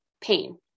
pain